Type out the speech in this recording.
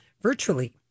virtually